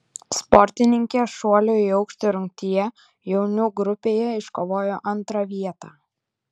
sportininkė šuolio į aukštį rungtyje jaunių grupėje iškovojo antrą vietą